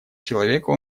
человека